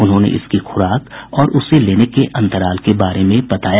उन्होंने इसकी खुराक और उसे लेने के अंतराल के बारे में बताया